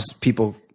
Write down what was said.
people